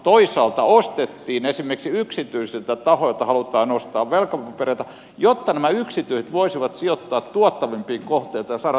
toisaalta ostettiin esimerkiksi yksityisiltä tahoilta halutaan ostaa velkapapereita jotta nämä yksityiset voisivat sijoittaa tuottavampiin kohteisiin ja saada talouskasvun liikkeelle